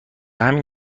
همین